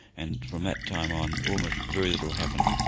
and from that time on almost very little happened.